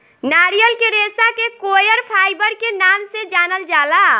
नारियल के रेशा के कॉयर फाइबर के नाम से जानल जाला